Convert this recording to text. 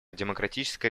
демократическая